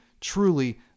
truly